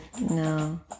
no